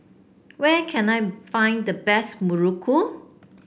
where can I find the best Muruku